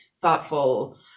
thoughtful